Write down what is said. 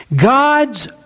God's